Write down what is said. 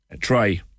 try